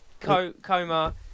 coma